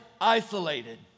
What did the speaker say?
isolated